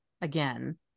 again